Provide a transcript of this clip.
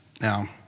Now